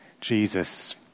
Jesus